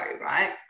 right